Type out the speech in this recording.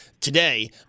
today